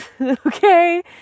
Okay